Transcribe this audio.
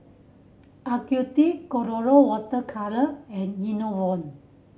Ocuvite Colora Water Colour and Enervon